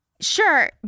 Sure